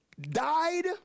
died